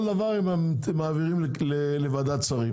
כל דבר מעבירים לוועדת שרים.